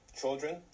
children